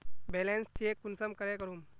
Balance check कुंसम करे करूम?